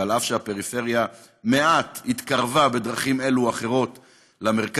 ואף שהפריפריה מעט התקרבה בדרכים אלו או אחרות למרכז,